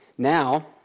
Now